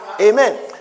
Amen